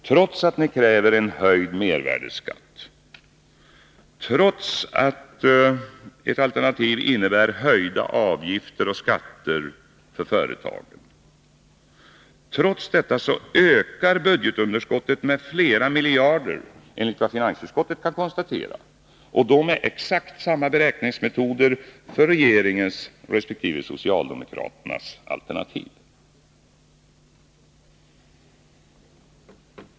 Trots att ni kräver en höjd mervärdeskatt, trots att ert alternativ innebär att höjda avgifter och skatter följer för företagen, ökar budgetunderskottet med flera miljarder enligt vad finansutskottet kan konstatera — och då med exakt samma beräkningsmetoder för regeringens resp. socialdemokraternas alternativ.